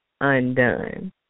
undone